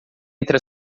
entre